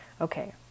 okay